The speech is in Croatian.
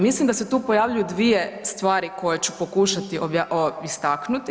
Mislim da se tu pojavljuju dvije stvari koje ću pokušati istaknuti.